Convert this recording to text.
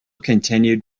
continued